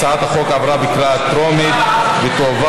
הצעת החוק עברה בקריאה טרומית ותועבר